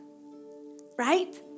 right